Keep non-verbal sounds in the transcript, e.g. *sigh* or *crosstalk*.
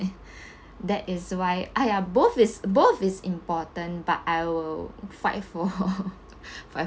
*breath* that is why !aiya! both is both is important but I will fight for *laughs* fight